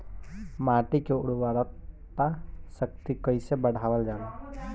माटी के उर्वता शक्ति कइसे बढ़ावल जाला?